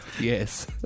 Yes